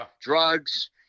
drugs